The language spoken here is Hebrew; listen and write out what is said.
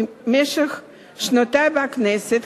במשך כל שנותי בכנסת,